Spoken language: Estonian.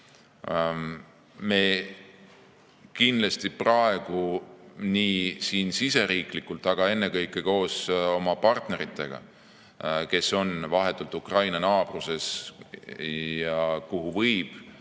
kindlasti siin siseriiklikult, aga ennekõike koos oma partneritega, kes on vahetult Ukraina naabruses ja kuhu võib